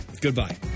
Goodbye